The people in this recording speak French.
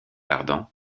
ardan